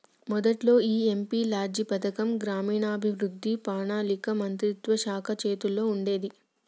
మొదట్లో ఈ MP LADS పథకం గ్రామీణాభివృద్ధి పణాళిక మంత్రిత్వ శాఖ చేతుల్లో ఉండేది